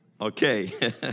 Okay